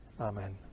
Amen